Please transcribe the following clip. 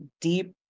deep